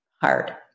hard